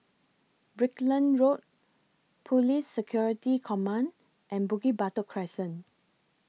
Brickland Road Police Security Command and Bukit Batok Crescent